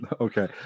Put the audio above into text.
okay